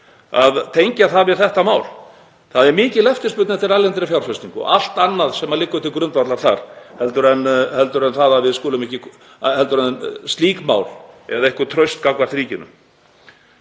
að tengja það við þetta mál. Það er mikil eftirspurn eftir erlendri fjárfestingu og allt annað sem liggur til grundvallar þar heldur en slík mál eða eitthvert traust gagnvart ríkinu.